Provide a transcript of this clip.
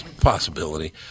Possibility